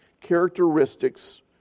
characteristics